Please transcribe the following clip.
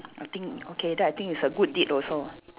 I think okay that I think is a good deed also